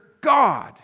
God